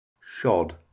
Shod